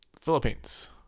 Philippines